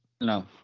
No